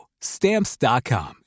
Stamps.com